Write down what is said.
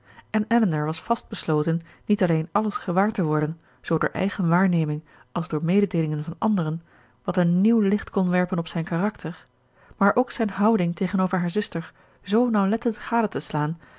en elinor was vastbesloten niet alleen alles gewaar te worden zoo door eigen waarneming als door mededeelingen van anderen wat een nieuw licht kon werpen op zijn karakter maar ook zijn houding tegenover haar zuster zoo nauwlettend gade te slaan